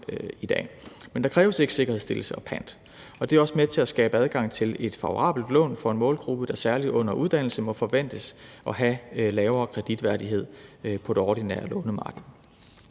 Men der kræves ikke sikkerhedsstillelse og pant, og det er også med til at skabe adgang til et favorabelt lån for en målgruppe, der særlig under uddannelse må forventes at have lavere kreditværdighed på det ordinære lånemarked.